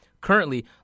Currently